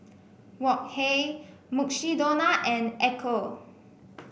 Wok Hey Mukshidonna and Ecco